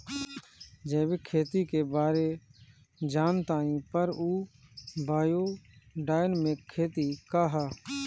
जैविक खेती के बारे जान तानी पर उ बायोडायनमिक खेती का ह?